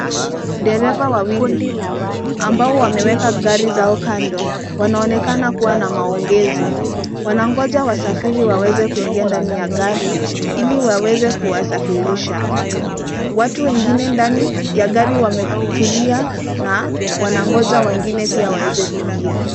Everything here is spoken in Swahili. Dereva wawili, ambao wameweka gari zao kando. Wanaonekana kuwa na maongezi. Wanangoja wasafiri waweze kuingia ndani ya gari ili waweze kuwasafirisha. Watu wengine ndani ya gari wametulia na wanaongoja wengine pia waweze kuingia.